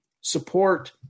support